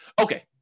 Okay